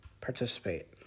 participate